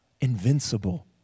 invincible